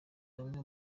amwe